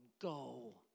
go